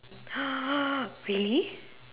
really